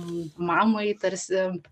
mamai tarsi